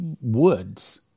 woods